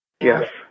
Yes